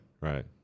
Right